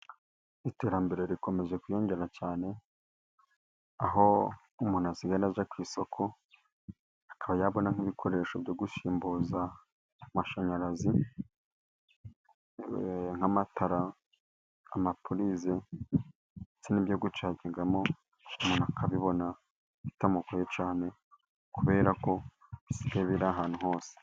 Iterambere rikomeje kwiyongera cyane aho umuntu asigaye ajya ku isoko akaba yabona nk'ibikoresho byo gusimbuza amashanyarazi bibereye nk'amatara, amapurize, ndetse n'ibyo gucagingamo, umuntu akabibona bitamugoye cyane kubera ko bisigaye biri ahantu hose.